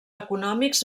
econòmics